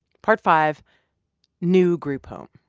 part five new group home.